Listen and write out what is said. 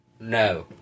No